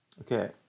Okay